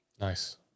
Nice